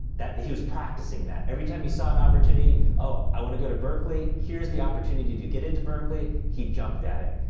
he was practicing that. every time he saw an opportunity, oh, i wanna go to berkeley, here is the opportunity to get into berkeley, he jumped at it.